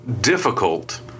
difficult